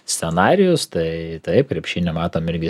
scenarijus tai taip krepšinio matom irgi